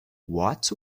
what